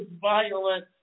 violent